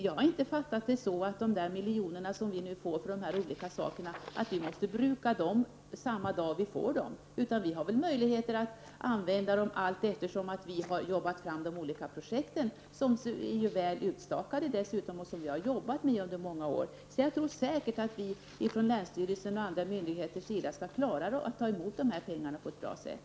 Jag har inte tolkat det som att de miljoner som länet nu får måste brukas samma dag som de tilldelas. Vi i länet har väl möjlighet att använda dem allteftersom de olika projekten arbetas fram, och de är ju dessutom väl utstakade, eftersom vi har arbetat med dem under många år. Jag tror därför att vi från länsstyrelsen och andra myndigheter skall klara av att använda dessa pengar på ett bra sätt.